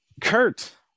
Kurt